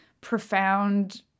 profound